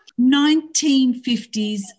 1950s